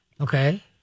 Okay